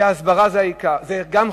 שההסברה זה גם חלק,